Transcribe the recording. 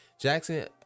Jackson